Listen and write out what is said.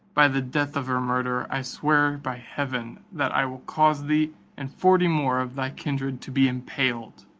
by the death of her murderer, i swear by heaven, that i will cause thee and forty more of thy kindred to be impaled.